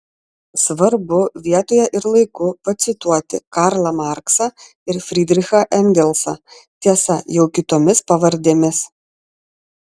svarbu vietoje ir laiku pacituoti karlą marksą ir frydrichą engelsą tiesa jau kitomis pavardėmis